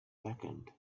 blackened